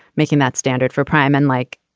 making that standard for prime. and like,